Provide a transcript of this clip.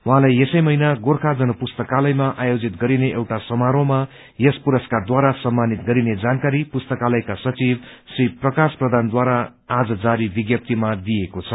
उहाँलाई यसै महिनामा गोर्खा जनपुस्तकालयमा आयोजित गरिने एउटा समारोहमा यस पुरस्कारद्वारा सम्मानित गरिने जानकारी पुस्तकालयका सचिव श्री प्रकाश प्रधानद्वारा आज जारी विज्ञप्तीमा दिइएको छ